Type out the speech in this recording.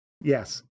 Yes